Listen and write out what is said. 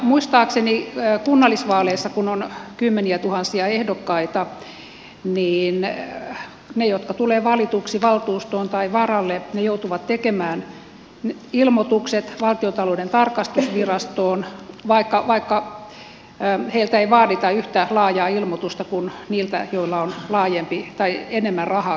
muistaakseni kunnallisvaaleissa kun on kymmeniätuhansia ehdokkaita niin ne jotka tulevat valituiksi valtuustoon tai varalle joutuvat tekemään ilmoitukset valtiontalouden tarkastusvirastoon vaikka heiltä ei vaadita yhtä laajaa ilmoitusta kuin niiltä joilla on enemmän rahaa käytössä